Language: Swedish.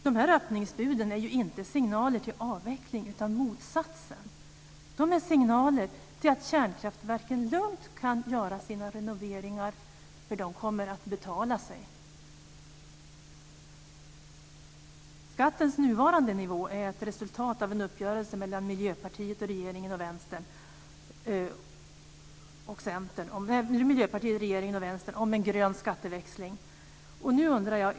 Dessa öppningsbud är inte signaler till avveckling utan till motsatsen. De är signaler till att kärnkraftverken lugnt kan göra sina renoveringar, eftersom de kommer att betala sig. Skattens nuvarande nivå är ett resultat av en uppgörelse mellan Miljöpartiet, regeringen och Vänstern om en grön skatteväxling.